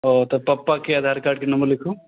ओ तऽ पापा के आधार कार्ड के नम्बर लिखू